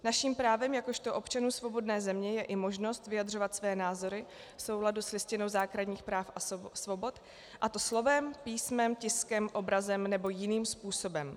Naším právem jakožto občanů svobodné země je i možnost vyjadřovat své názory v souladu s Listinou základních práv a svobod, a to slovem, písmem, tiskem, obrazem nebo jiným způsobem.